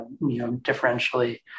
differentially